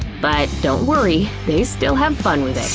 but don't worry, they still have fun with it.